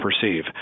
perceive